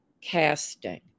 casting